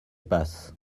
passe